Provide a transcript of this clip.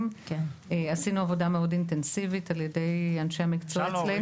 לגבי ניצולת של